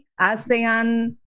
ASEAN